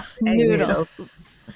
noodles